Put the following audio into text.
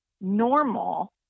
normal